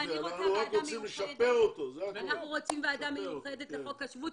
תהיה ועדה מיוחדת לחוק השבות,